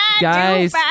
Guys